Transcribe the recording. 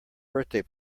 birthday